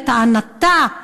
לטענתה,